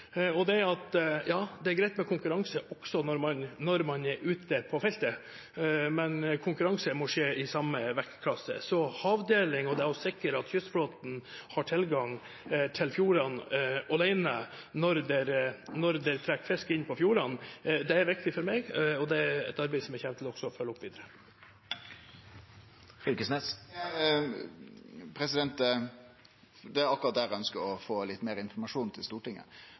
og det er at det er greit med konkurranse også når man er ute på feltet, men konkurranse må skje i samme vektklasse. Så havdeling og det å sikre at kystflåten har tilgang til fjordene alene når det trekker fisk inn i fjordene, er viktig for meg, og det er et arbeid jeg også kommer til å følge opp videre. Torgeir Knag Fylkesnes – til oppfølgingsspørsmål. Det er akkurat det eg ønskjer å få litt meir informasjon til Stortinget